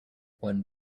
when